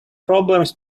problems